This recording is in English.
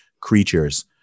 creatures